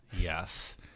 yes